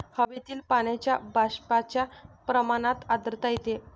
हवेतील पाण्याच्या बाष्पाच्या प्रमाणात आर्द्रता येते